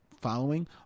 following